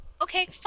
Okay